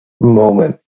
moment